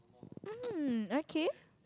um okay